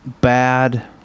bad